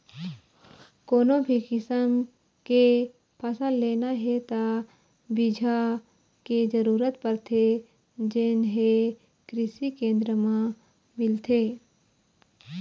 कोनो भी किसम के फसल लेना हे त बिजहा के जरूरत परथे जेन हे कृषि केंद्र म मिलथे